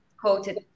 quoted